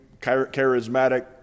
charismatic